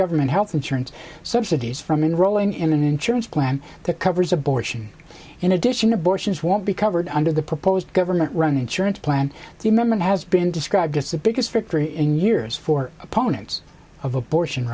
government health insurance subsidies from enrolling in an insurance plan that covers abortion in addition abortions won't be covered under the proposed government run insurance plan the amendment has been described as the biggest victory in years for opponents of abortion